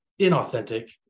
inauthentic